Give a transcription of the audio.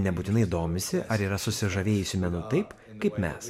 nebūtinai domisi ar yra susižavėjusi menu taip kaip mes